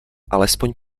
alespoň